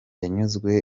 yanyuzwe